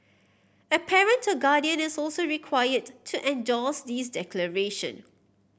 a parent or guardian is also required to endorse this declaration